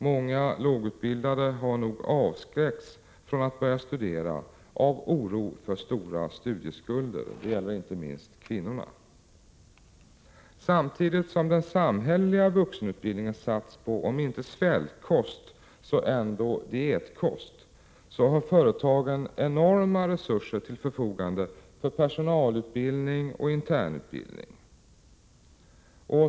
Många lågutbildade har avskräckts från att börja studera av oro för stora studieskulder. Det gäller inte minst kvinnorna. Samtidigt som den samhälleliga vuxenutbildningen satts på om inte svältkost så ändå dietkost, har företagen enorma resurser till förfogande för personalutbildning och internutbildning.